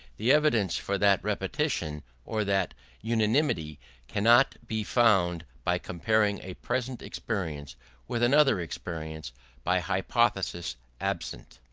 the evidence for that repetition or that unanimity cannot be found by comparing a present experience with another experience by hypothesis absent.